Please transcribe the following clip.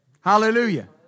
Hallelujah